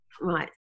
Right